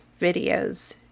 videos